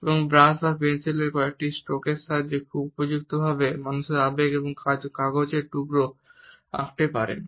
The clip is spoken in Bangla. এবং ব্রাশ বা পেন্সিলের কয়েকটি স্ট্রোকের সাহায্যে খুব উপযুক্তভাবে মানুষের আবেগ বা কাগজের টুকরো আঁকতে পারেন